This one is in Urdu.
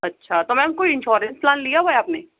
اچھا تو میم کوئی انشورنس پلان لیا ہُوا ہے آپ نے